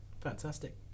Fantastic